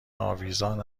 آویزان